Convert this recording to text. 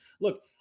Look